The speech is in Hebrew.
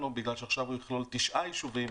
לו בגלל שעכשיו הוא יכלול תשעה יישובים.